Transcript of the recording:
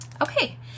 Okay